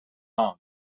aan